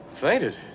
Fainted